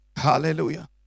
Hallelujah